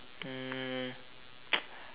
mm